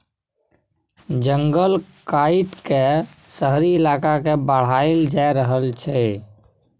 जंगल काइट के शहरी इलाका के बढ़ाएल जा रहल छइ